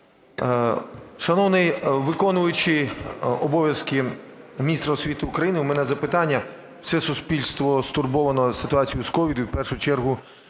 Шановний виконуючий обов'язки міністра освіти України, у мене запитання. Все суспільно стурбоване ситуацією з COVID, і в першу чергу,